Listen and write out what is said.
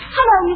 Hello